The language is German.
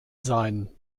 sein